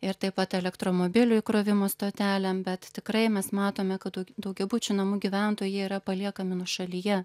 ir taip pat elektromobilių įkrovimo stotelėm bet tikrai mes matome kad daugiabučių namų gyventojai jie yra paliekami nuošalyje